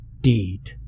deed